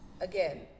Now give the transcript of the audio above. again